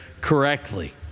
correctly